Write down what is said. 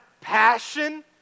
passion